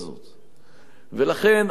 ולכן, אני חושב